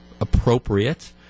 appropriate